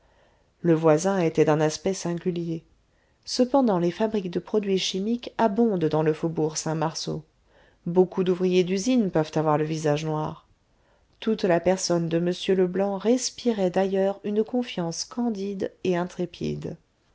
le voisin était d'un aspect singulier cependant les fabriques de produits chimiques abondent dans le faubourg saint-marceau beaucoup d'ouvriers d'usines peuvent avoir le visage noir toute la personne de m leblanc respirait d'ailleurs une confiance candide et intrépide